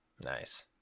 Nice